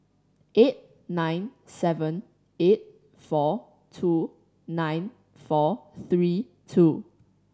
eight nine seven eight four two nine four three two